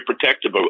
protective